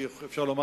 זה דבר כואב ועצוב.